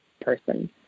person